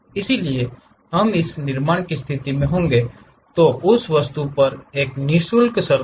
इसलिए हम इसे निर्माण की स्थिति में होंगे उस वस्तु पर एक नि शुल्क सर्फ़ेस